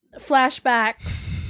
flashbacks